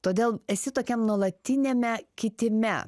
todėl esi tokiam nuolatiniame kitime